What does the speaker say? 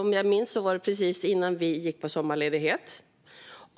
Om jag minns rätt var det precis innan vi gick på sommarledighet.